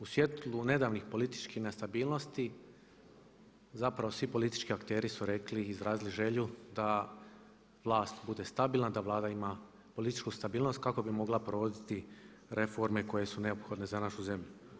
U svijetlu nedavnih političkih nestabilnosti zapravo svi politički akteri su rekli i izrazili želju da vlast bude stabilna, da Vlada ima političku stabilnost kako bi mogla provoditi reforme koje su neophodne za našu zemlju.